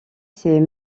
c’est